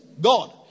God